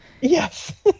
Yes